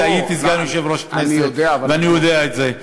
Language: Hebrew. הייתי סגן יושב-ראש כנסת ואני יודע את זה,